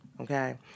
okay